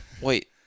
Wait